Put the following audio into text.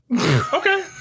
okay